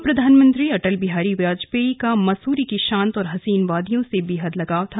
पूर्व प्रधानमंत्री अटल बिहारी वाजपेयी का मसूरी की शांत और हसीन वादियों से बेहद लगाव था